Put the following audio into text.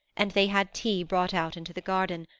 and they had tea brought out into the garden,